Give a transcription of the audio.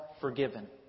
Forgiven